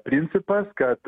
principas kad